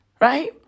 right